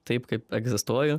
taip kaip egzistuoju